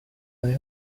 way